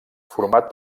format